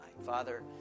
father